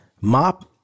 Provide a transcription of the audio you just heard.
MOP